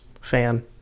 fan